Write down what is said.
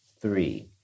three